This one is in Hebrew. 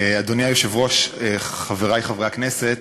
אדוני היושב-ראש, חברי חברי הכנסת,